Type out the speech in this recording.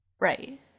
right